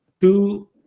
two